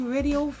Radio